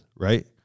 Right